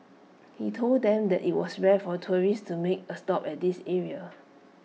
he told them that IT was rare for tourists to make A stop at this area